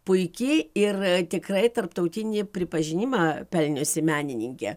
puiki ir tikrai tarptautinį pripažinimą pelniusi menininkė